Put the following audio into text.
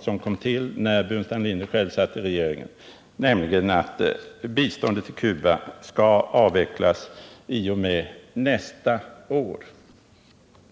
som kom till när herr Burenstam Linder själv satt i regeringen, nämligen att biståndet till Cuba skall avvecklas efter nästa budgetår.